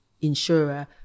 insurer